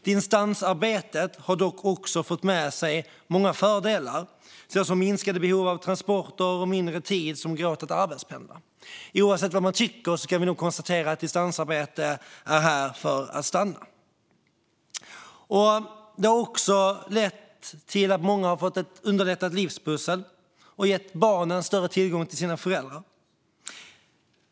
Distansarbetet har dock också fört med sig många fördelar, såsom minskade behov av transporter och mindre tid som går åt till att arbetspendla. Oavsett vad man tycker kan vi nog konstatera att distansarbete är här för att stanna. Distansarbetet har också lett till att livspusslet har underlättats för många och att barnen fått större tillgång till sina föräldrar.